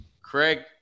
craig